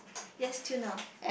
yes till now